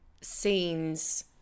scenes